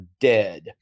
dead